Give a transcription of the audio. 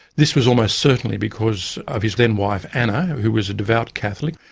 this was almost certainly because of his then wife anna who was a devout catholic.